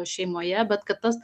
šeimoje bet kad tas